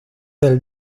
del